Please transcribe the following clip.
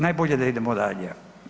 Najbolje da idemo dalje.